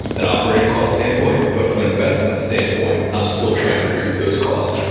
an operating cost standpoint. but from an investment standpoint, i'm still trying to recoup those costs.